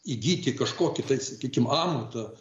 įgyti kažkokį tai sakykim amatą